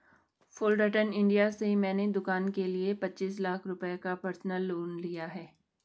Fullerton India से मैंने दूकान के लिए पचीस लाख रुपये का पर्सनल लोन लिया है